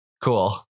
cool